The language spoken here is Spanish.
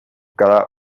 cada